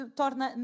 torna